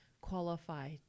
qualify